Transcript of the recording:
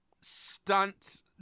stunt